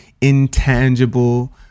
intangible